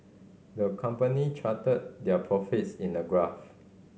the company charted their profits in a graph